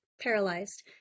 paralyzed